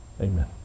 amen